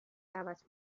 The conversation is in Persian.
دعوت